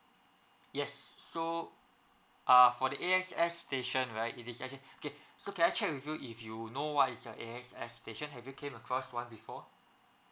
yes so ah for the A S X station right it is actually okay so can I check with you if you know what is your A S X station have you came across one before